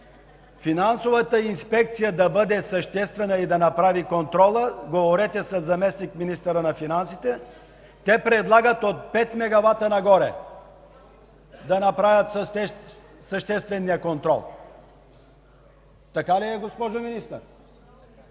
финансовата инспекция да бъде съществена и да извърши контрола, говорете със заместник-министъра на финансите. Те предлагат от 5 мегавата нагоре да направят съществения контрол. Така ли е, госпожо министър?